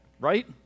right